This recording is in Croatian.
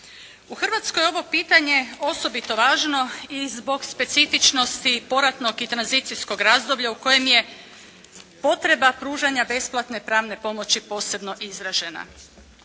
U Hrvatskoj je ovo pitanje osobito važno i zbog specifičnosti poratnog i tranzicijskog razdoblja u kojem je potreba pružanja besplatne pravne pomoći posebno izražena.